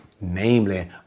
Namely